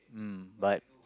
mm but